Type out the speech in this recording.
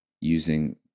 using